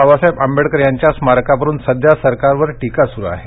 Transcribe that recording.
बाबासाहेब आंबेडकर यांच्या स्मारकावरून सध्या सरकारवर टीका सुरु आहे